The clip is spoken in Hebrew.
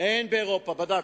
אין באירופה, בדקתי.